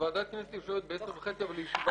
ועדת הכנסת יושבת ב-10:30 אבל לישיבה קצרה.